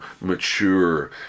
mature